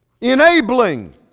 enabling